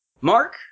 Mark